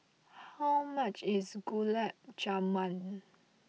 how much is Gulab Jamun